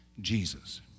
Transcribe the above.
Jesus